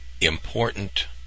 Important